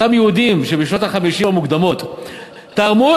אותם יהודים שבשנות ה-50 המוקדמות תרמו,